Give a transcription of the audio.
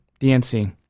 DNC